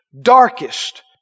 darkest